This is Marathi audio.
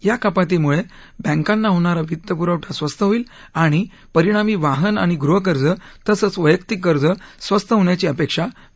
या कपातीमुळे बँकांना होणारा वित्तपुरवठा स्वस्त होईल आणि परिणामी वाहन आणि गृहकर्ज तसंच वैयक्तिक कर्ज स्वस्त होण्याची अपेक्षा व्यक्त केली जात आहे